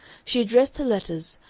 she addressed her letters,